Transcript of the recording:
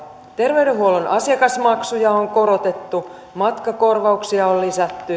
terveydenhuollon asiakasmaksuja on korotettu matkakorvauksia on